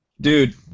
Dude